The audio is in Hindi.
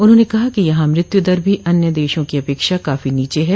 उन्होंने कहा कि यहां मृत्युदर भी अन्य देशों की अपेक्षा काफी नीचे हैं